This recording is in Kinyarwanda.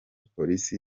polisi